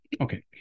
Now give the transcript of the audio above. Okay